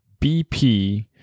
BP